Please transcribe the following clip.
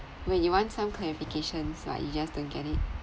when you want some clarifications [what] you just don't get it